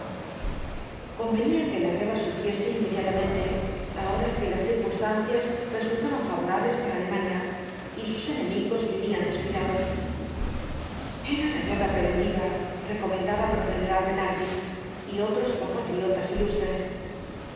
convenía que la guerra surgiese inmediatamente ahora que las circunstancias resultaban favorables para alemania y sus enemigos vivían descuidados era la guerra preventiva recomendada por el general bernhardi y otros compatriotas ilustres